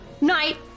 night